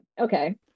Okay